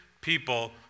people